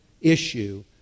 issue